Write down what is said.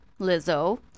Lizzo